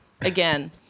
again